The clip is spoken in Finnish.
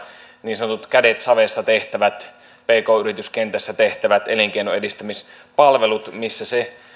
niin sanotut kädet savessa tehtävät pk yrityskentässä tehtävät elinkeinojen edistämispalvelut missä se